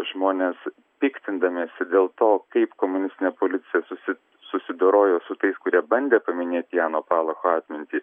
žmonės piktindamiesi dėl to kaip komunistinė policija susi susidorojo su tais kurie bandė paminėt jano palacho atmintį